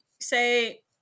say